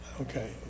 Okay